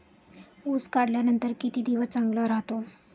ऊस काढल्यानंतर किती दिवस चांगला राहतो?